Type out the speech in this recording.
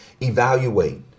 Evaluate